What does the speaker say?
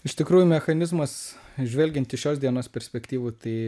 iš tikrųjų mechanizmas žvelgiant iš šios dienos perspektyvų tai